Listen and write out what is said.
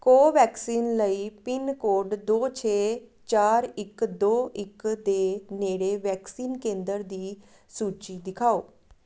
ਕੋਵੈਕਸਿਨ ਲਈ pin code ਦੋ ਛੇ ਚਾਰ ਇੱਕ ਦੋ ਇੱਕ ਦੇ ਨੇੜੇ ਵੈਕਸੀਨ ਕੇਂਦਰ ਦੀ ਸੂਚੀ ਦਿਖਾਓ